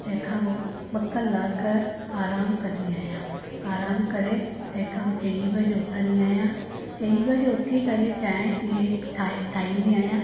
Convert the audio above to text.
तंहिंखां पोइ ॿ कलाक आराम कंदी आहियां आराम करे तंहिंखां पोइ चईं बजे उथंदी आहियां चईं बजे उथी करे चांहि पीए ठाहींदी आहियां